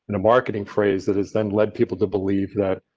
in marketing phrase that has then led people to believe that.